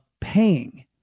paying